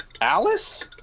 Alice